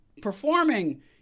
performing